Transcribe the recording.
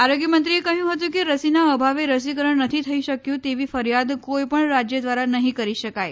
આરોગ્યમંત્રીએ કહ્યું હતું કે રસીના અભાવે રસીકરણ નથી થઈ શક્યું તેવી ફરિયાદ કોઈ પણ રાજ્ય દ્વારા નહીં કરી શકાય